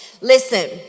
Listen